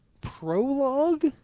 prologue